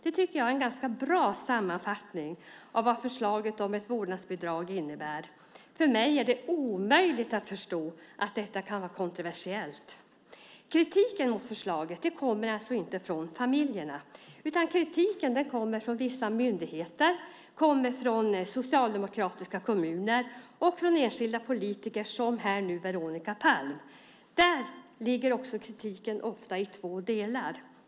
Det tycker jag är en ganska bra sammanfattning av vad förslaget om ett vårdnadsbidrag innebär. För mig är det omöjligt att förstå att detta kan vara kontroversiellt. Kritiken mot förslaget kommer alltså inte från familjerna, utan kritiken kommer från vissa myndigheter, från socialdemokratiska kommuner och från enskilda politiker, till exempel nu från Veronica Palm. Kritiken består ofta i två delar.